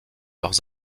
leurs